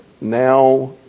now